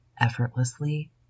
effortlessly